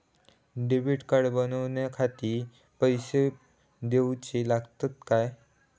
Debit card बनवण्याखाती पैसे दिऊचे लागतात काय?